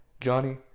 Johnny